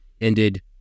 ended